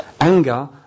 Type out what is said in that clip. anger